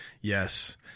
Yes